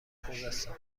خوزستان